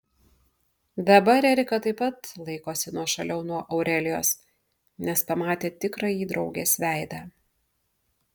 dabar erika taip pat laikosi nuošaliau nuo aurelijos nes pamatė tikrąjį draugės veidą